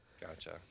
Gotcha